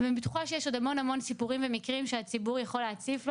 אני בטוחה שיש עוד המון סיפורים ומקרים שהציבור יכול להציף בנו,